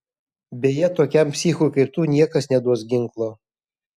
beje tokiam psichui kaip tu niekas neduos ginklo